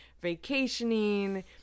vacationing